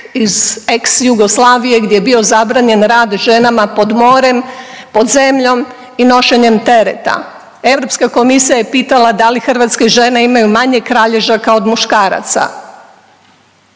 iz ex Jugoslavije gdje je bio zabranjen rad ženama pod morem, pod zemljom i nošenjem tereta. Europska komisija je pitala da li hrvatske žene imaju manje kralježaka od muškaraca.